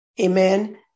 amen